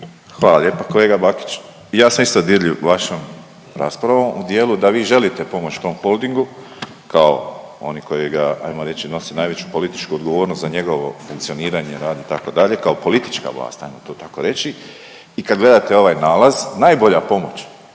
Hvala lijepa kolega Bakić i ja sam isto dirljiv vašom raspravom u dijelu da vi želite pomoć tom Holdingu kao oni koji ga ajmo reći nosi najveću politički odgovornost za njegovo funkcioniranje, rad itd., kao politička vlast ajmo to tako reći i kad gledate ovaj nalaz najbolja pomoć